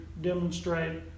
demonstrate